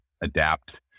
adapt